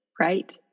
right